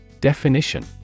Definition